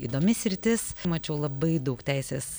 įdomi sritis mačiau labai daug teisės